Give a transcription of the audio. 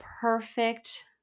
perfect